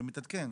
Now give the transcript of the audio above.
זה מתעדכן.